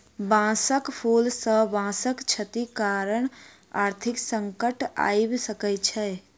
बांसक फूल सॅ बांसक क्षति कारण आर्थिक संकट आइब सकै छै